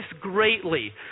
greatly